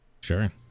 Sure